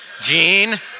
Gene